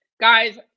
Guys